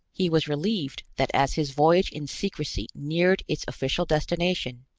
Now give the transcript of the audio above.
he was relieved that as his voyage in secrecy neared its official destination,